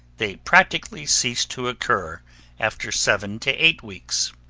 they practically ceased to occur after seven to eight weeks.